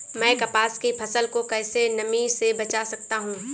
मैं कपास की फसल को कैसे नमी से बचा सकता हूँ?